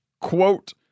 quote